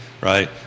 right